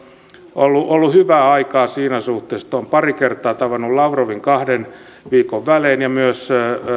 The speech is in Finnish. ollut ollut hyvää aikaa siinä suhteessa olen pari kertaa tavannut lavrovin kahden viikon välein ja myös